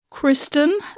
Kristen